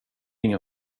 ingen